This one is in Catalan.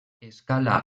escala